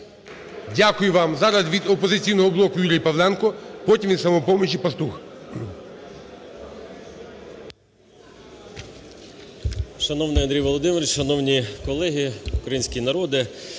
Дякую вам. Зараз від "Опозиційного блоку" Юрій Павленко, потім від "Самопомочі" – Пастух.